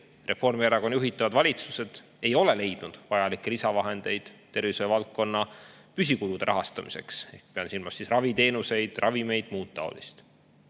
Reformierakonna juhitavad valitsused ei ole leidnud vajalikke lisavahendeid tervishoiuvaldkonna püsikulude rahastamiseks – pean silmas raviteenuseid, ravimeid ja muud taolist.